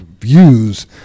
views